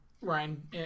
Ryan